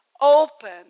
open